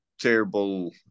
terrible